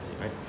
right